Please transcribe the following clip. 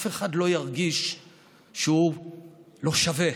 אף אחד לא ירגיש שהוא לא שווה.